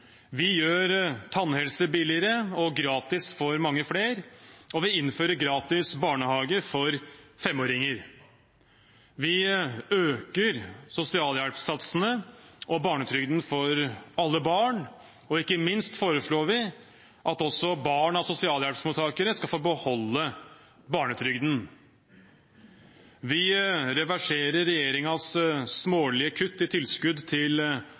Vi gjør tannhelse billigere og gratis for mange flere, og vi innfører gratis barnehage for femåringer. Vi øker sosialhjelpssatsene og barnetrygden for alle barn. Og ikke minst foreslår vi at også barn av sosialhjelpsmottakere skal få beholde barnetrygden. Vi reverserer regjeringens smålige kutt i tilskudd til